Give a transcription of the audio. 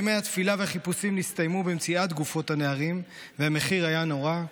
ימי התפילה והחיפושים נסתיימו במציאת גופות הנערים והמחיר היה נורא,